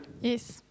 Yes